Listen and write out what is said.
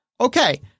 Okay